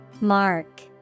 Mark